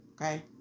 Okay